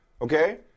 okay